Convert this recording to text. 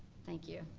thank you.